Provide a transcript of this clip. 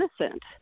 innocent